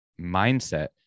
mindset